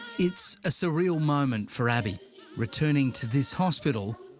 it's a surreal moment for abii returning to this hospital,